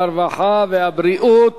הרווחה והבריאות